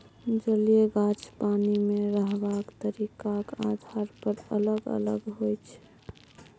जलीय गाछ पानि मे रहबाक तरीकाक आधार पर अलग अलग होइ छै